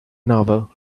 novel